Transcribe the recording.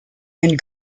and